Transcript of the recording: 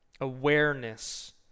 awareness